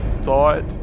thought